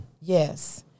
Yes